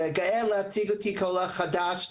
וגאה להציג אותי כעולה חדש,